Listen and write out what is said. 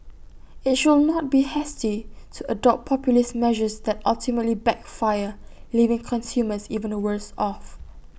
IT should not be hasty to adopt populist measures that ultimately backfire leaving consumers even the worse off